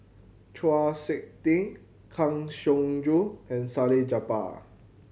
Chau Sik Ting Kang Siong Joo and Salleh Japar